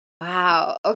Wow